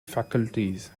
faculties